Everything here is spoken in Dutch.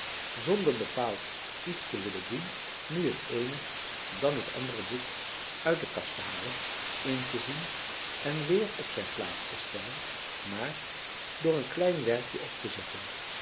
zonder bepaald iets te willen doen nu het eene dan het andere boek uit de kast te halen in te zien en weer op zijn plaats te stellen maar door een klein werkjen op te zetten